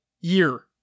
year